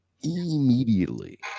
Immediately